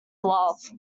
love